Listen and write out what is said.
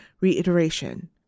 Reiteration